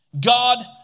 God